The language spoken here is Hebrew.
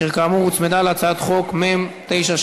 שכאמור, הוצמדה להצעת חוק מ/961.